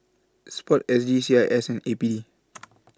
Sport S G C I S and A P D